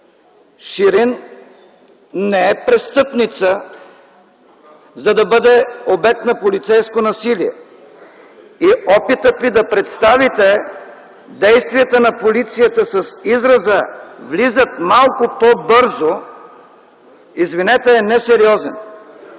Ширин не е престъпница, за да бъде обект на полицейско насилие и опитът Ви да представите действията на полицията с израза „влизат малко по-бързо”, извинете, е несериозен!